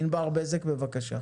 ענבר בזק, בבקשה.